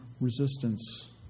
resistance